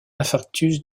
infarctus